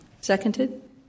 Seconded